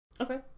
Okay